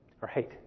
Right